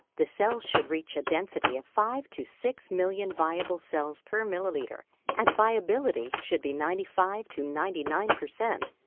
the cell should reach a density of five to six million viable cells per milliliter, and viability should be ninety five to ninety nine percent.